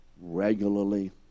regularly